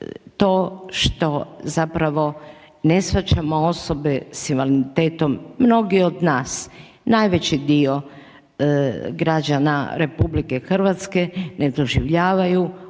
to što zapravo ne shvaćamo osobe s invaliditetom mnogi od nas najveći dio građana RH ne doživljavaju